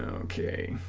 okay